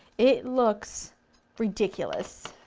it looks ridiculous.